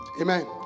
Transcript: Amen